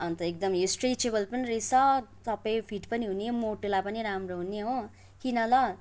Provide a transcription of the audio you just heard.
अन्त एकदम स्ट्रेचेबल पनि रहेछ सबै फिट पनि हुने मोटेलाई पनि राम्रो हुने हो किन ल